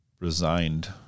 resigned